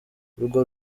urwo